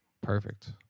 perfect